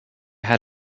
had